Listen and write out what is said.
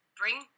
bring